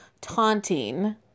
taunting